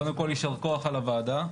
קודם כול, יישר כוח על הוועדה.